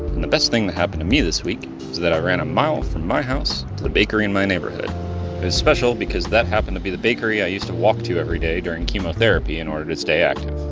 and the best thing that happened to me this week was that i ran a mile from my house to the bakery in my neighborhood. it was special because that happened to be the bakery i used to walk to every day during chemotherapy in order to stay active.